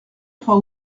trois